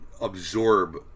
absorb